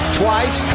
twice